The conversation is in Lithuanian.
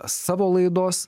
savo laidos